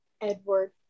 Edward